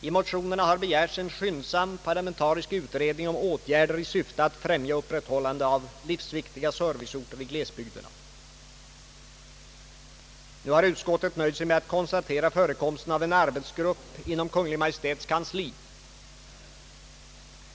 I motionerna har begärts en skyndsam parlamentarisk utredning om åtgärder i syfte att främja upprätthållande av livsviktiga serviceorter i glesbygderna. Nu har utskottet nöjt sig med att konstatera förekomsten av en arbetsgrupp inom Kungl. Maj:ts kansli.